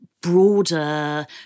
broader